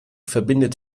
verbindet